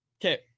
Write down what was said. Okay